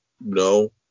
no